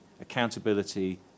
accountability